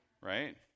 Right